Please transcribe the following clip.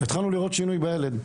התחלנו לראות שינוי בילד.